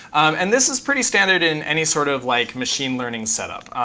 and this is pretty standard in any sort of like machine learning setup,